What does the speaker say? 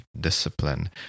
discipline